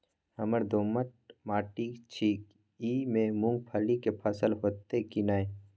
हमर दोमट माटी छी ई में मूंगफली के फसल होतय की नय?